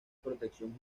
protección